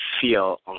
feel